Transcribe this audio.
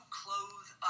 clothe